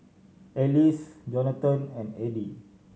Alyce Jonatan and Eddy